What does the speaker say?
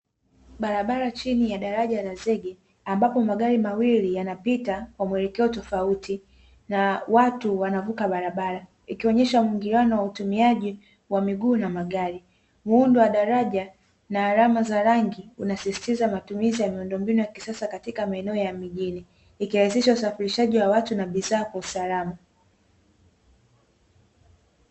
Barabara chini ya daraja la zege, ambapo magari mawili yanapita kwa mwelekeo tofauti, na watu wanavuka barabara; ikionyesha muingiliano wa utumiaji wa miguu na magari. Muundo wa daraja na alama za rangi unasisitiza matumizi ya miundombinu ya kisasa katika maeneo ya mijini, ikirahisisha usafirishaji wa watu na bidhaa kwa usalama.